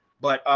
but